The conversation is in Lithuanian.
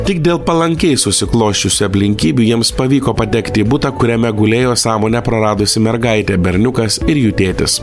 tik dėl palankiai susiklosčiusių aplinkybių jiems pavyko patekti į butą kuriame gulėjo sąmonę praradusi mergaitė berniukas ir jų tėtis